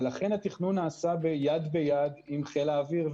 ולכן התכנון נעשה יד ביד עם חיל האוויר,